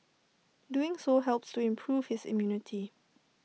doing so helps to improve his immunity